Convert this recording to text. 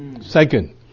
second